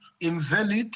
invalid